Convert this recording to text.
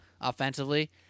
offensively